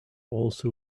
also